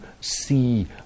see